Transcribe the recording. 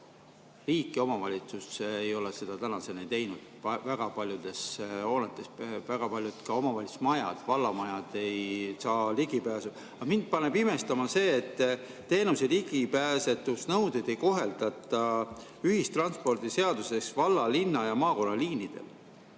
Riik ja omavalitsused ei ole seda tänaseni teinud väga paljudes hoonetes, ka väga paljud omavalitsuse majad, vallamajad ei ole ligipääsetavad. Aga mind paneb imestama see, et teenuse ligipääsetavuse nõudeid ei kohaldata ühistranspordiseaduses valla-, linna- ja maakonnaliinidel.